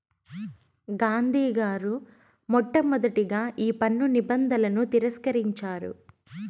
గాంధీ గారు మొట్టమొదటగా ఈ పన్ను నిబంధనలను తిరస్కరించారు